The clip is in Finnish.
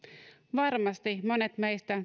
varmasti monet meistä